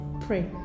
pray